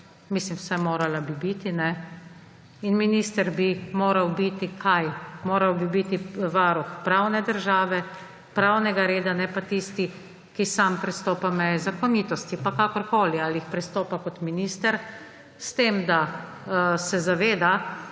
oblasti, vsaj morala bi biti. In minister bi moral biti – kaj? Moral bi biti varuh pravne države, pravnega reda, ne pa tisti, ki sam prestopa meje zakonitosti. Pa kakorkoli, ali jih prestopa kot minister s tem, da se zaveda,